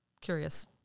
curious